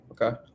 Okay